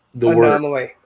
Anomaly